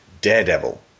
Daredevil